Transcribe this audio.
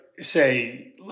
say